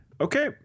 Okay